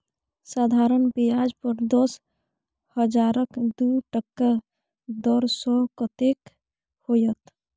साधारण ब्याज पर दस हजारक दू टका दर सँ कतेक होएत?